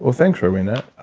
ah thanks, rowena.